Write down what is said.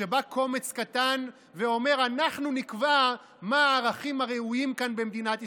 כשבא קומץ קטן ואומר: אנחנו נקבע מה הערכים הראויים כאן במדינת ישראל,